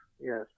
yes